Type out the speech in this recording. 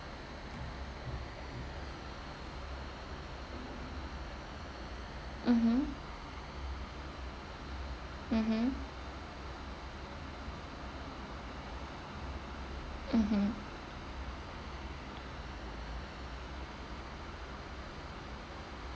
mmhmm mmhmm mmhmm